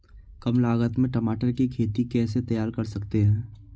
कम लागत में टमाटर की खेती कैसे तैयार कर सकते हैं?